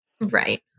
Right